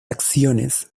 acciones